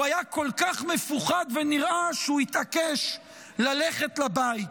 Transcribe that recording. הוא היה כל כך מפוחד ונרעש, שהוא התעקש ללכת לבית.